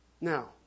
Now